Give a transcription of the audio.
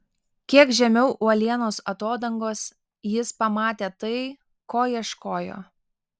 kiek žemiau uolienos atodangos jis pamatė tai ko ieškojo